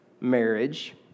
marriage